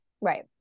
Right